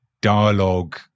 dialogue